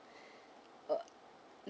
uh